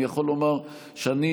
אני יכול לומר שאני,